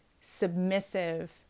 submissive